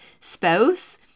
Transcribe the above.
spouse